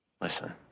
listen